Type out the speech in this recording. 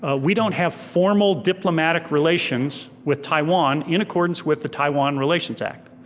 ah we don't have formal diplomatic relations with taiwan in accordance with the taiwan relations act.